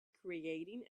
creating